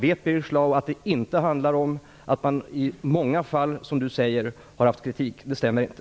Det har inte varit kritik i många fall, som Birger Schlaug säger. Det stämmer inte.